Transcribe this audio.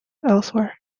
elsewhere